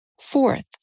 Fourth